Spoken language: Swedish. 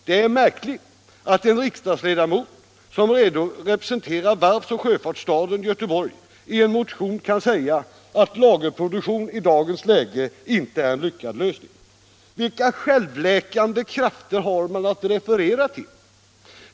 Det är märkligt att en riksdagsledamot som representerar varvsoch sjöfartsstaden Göteborg i en motion kan säga att lagerproduktion i dagens läge inte är en lyckad lösning. Vilka självläkande krafter har motionärerna att referera till?